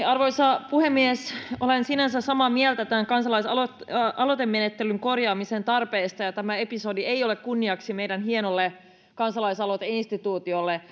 arvoisa puhemies olen sinänsä samaa mieltä tämän kansalaisaloitemenettelyn korjaamisen tarpeesta ja tämä episodi ei ole kunniaksi meidän hienolle kansalaisaloiteinstituutiolle